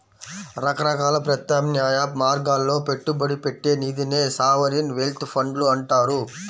రకరకాల ప్రత్యామ్నాయ మార్గాల్లో పెట్టుబడి పెట్టే నిధినే సావరీన్ వెల్త్ ఫండ్లు అంటారు